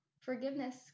Forgiveness